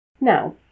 Now